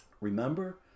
Remember